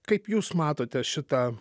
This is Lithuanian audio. kaip jūs matote šitą